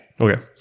Okay